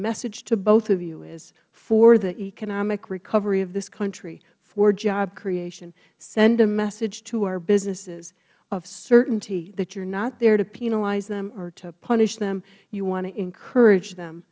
message to both of you is for the economic recovery of this country for job creation send a message to our businesses of certainty that you are not there to penalize them or to punish them you want to encourage them